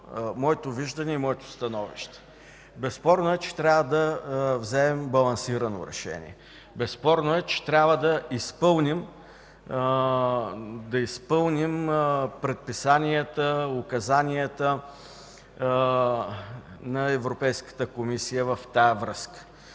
моето виждане и становище. Безспорно е, че трябва да вземем балансирано решение. Безспорно е, че трябва да изпълним предписанията, указанията на Европейската комисия в тази връзка.